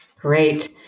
Great